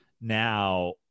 now